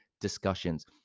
discussions